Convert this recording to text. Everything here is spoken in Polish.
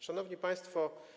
Szanowni Państwo!